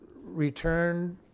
returned